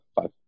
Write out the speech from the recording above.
five